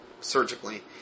surgically